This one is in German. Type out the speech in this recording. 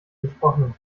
gesprochenen